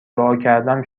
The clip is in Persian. دعاکردم